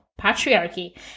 patriarchy